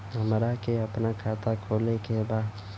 हमरा के अपना खाता खोले के बा?